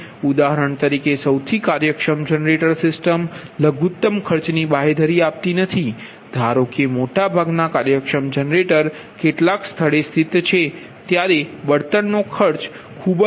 તેથી ઉદાહરણ તરીકે સૌથી કાર્યક્ષમ જનરેટર સિસ્ટમ લઘુત્તમ ખર્ચની બાંહેધરી આપતી નથી ધારો કે મોટા ભાગના કાર્યક્ષમ જનરેટર કેટલાક સ્થળે સ્થિત છે જ્યારે બળતણનો ખર્ચ ખૂબ જ ઉચો હતો